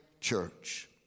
church